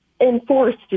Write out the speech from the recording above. enforced